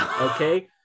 okay